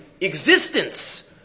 existence